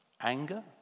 Anger